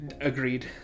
Agreed